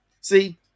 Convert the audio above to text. See